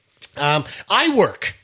iWork